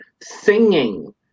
singing